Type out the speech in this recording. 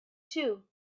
too